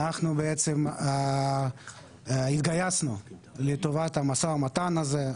אנחנו בעצם התגייסנו לטובת המשא-ומתן הזה.